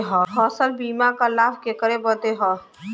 फसल बीमा क लाभ केकरे बदे ह?